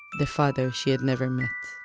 the father she had never met